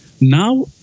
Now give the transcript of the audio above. Now